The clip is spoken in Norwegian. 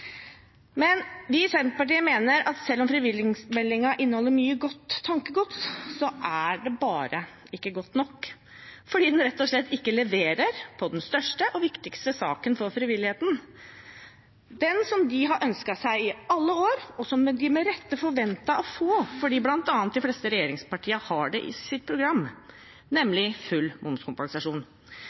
Vi i Senterpartiet mener at selv om frivillighetsmeldingen inneholder mye godt tankegods, er det bare ikke godt nok. Det er fordi den rett og slett ikke leverer når det gjelder den største og viktigste saken for frivilligheten, den som de har ønsket seg i alle år, og som de med rette forventet å få, bl.a. fordi de fleste regjeringspartiene har det i sitt program, nemlig full momskompensasjon,